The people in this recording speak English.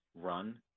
run